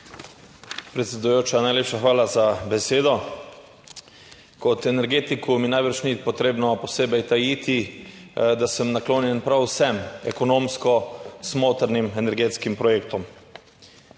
Predsedujoča, najlepša hvala za besedo. Kot energetiko mi najbrž ni potrebno posebej tajiti, da sem naklonjen prav vsem ekonomsko smotrnim energetskim projektom.